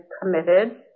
committed